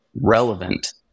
relevant